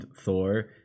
Thor